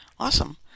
Awesome